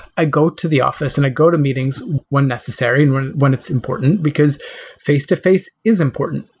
i go to the office and i go to meetings when necessary, and when when it's important, because face-to-face is important,